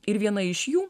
ir viena iš jų